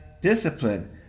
discipline